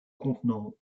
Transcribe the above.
contenant